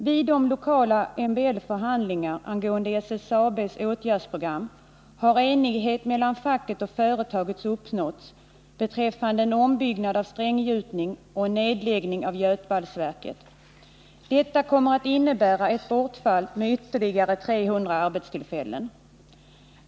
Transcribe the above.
Vid de lokala MBL-förhandlingarna angående SSAB:s åtgärdsprogram har enighet mellan facket och företaget uppnåtts beträffande en ombyggnad av stränggjutningsanläggningen och en nedläggning av götvalsverket. Detta kommer att innebära ett bortfall med ytterligare 300 arbetstillfällen.